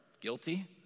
guilty